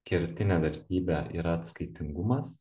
kertinė vertybė yra atskaitingumas